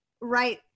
right